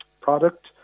product